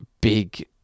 big